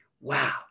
wow